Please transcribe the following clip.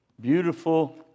beautiful